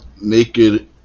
naked